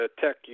Tech